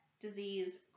disease